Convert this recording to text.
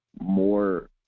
more